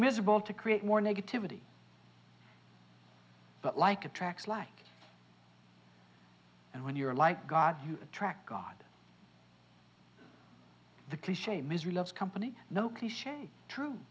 miserable to create more negativity but like attracts like and when you're like god you attract god the clich misery loves company no clich true